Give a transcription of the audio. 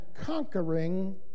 conquering